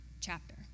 chapter